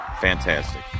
Fantastic